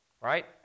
Right